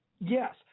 yes